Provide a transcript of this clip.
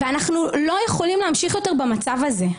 אנחנו לא יכולים להמשיך במצב הזה.